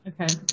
Okay